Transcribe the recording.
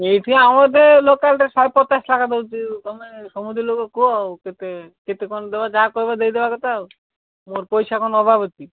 ଏଇଠି ଆମର ଲୋକାଲ୍ ରେ ଶହେ ପଚାଶ ଦେଉଛୁ ତମେ ସମୁଦି ଲୋକ କୁହ ଆଉ କେତେ କେତେ କଣ ଦେବ ଯାହା କହିବି ଦେଇଦେବା କଥା ଆଉ ମୋର ପଇସା କଣ ଅଭାବ ଅଛି